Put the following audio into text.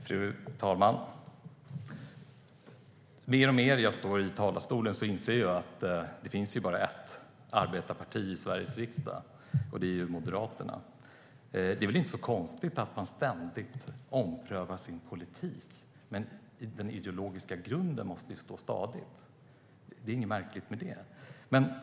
Fru talman! Ju mer jag står i talarstolen inser jag att det bara finns ett arbetarparti i Sveriges riksdag, och det är Moderaterna. Det är väl inte så konstigt att man ständigt omprövar sin politik, men den ideologiska grunden måste stå stadigt. Det är inget märkligt med det.